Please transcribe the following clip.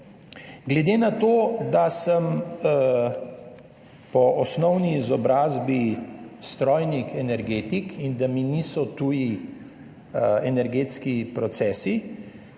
Glede na to, da sem po osnovni izobrazbi strojnik energetik in da mi energetski procesi